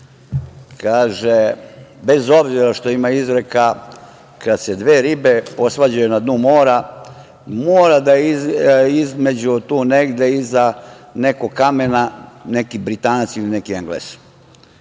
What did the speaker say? Bez obzira što ima izreka - kad se dve ribe posvađaju na dnu mora, mora da je između tu negde iza nekog kamena neki Britanac ili neki Englez.